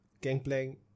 Gangplank